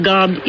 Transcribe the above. God